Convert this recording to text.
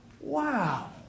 wow